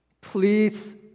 please